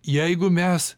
jeigu mes